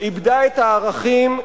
איבדה את הערכים,